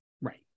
right